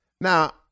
Now